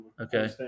Okay